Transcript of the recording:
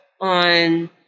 on